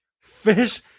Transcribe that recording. Fish